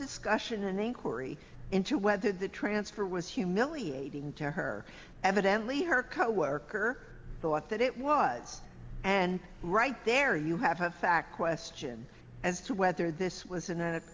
discussion an inquiry into whether the transfer was humiliating to her evidently her coworker thought that it was and right there in you have fact question as to whether this was